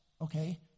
okay